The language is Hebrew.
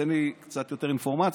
תן לי קצת יותר אינפורמציה.